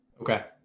Okay